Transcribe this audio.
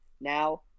now